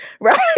Right